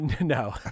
no